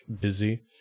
busy